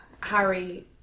Harry